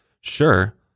sure